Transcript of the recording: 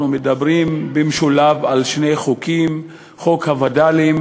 אנחנו מדברים במשולב על שני חוקים: חוק הווד"לים